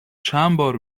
چندبار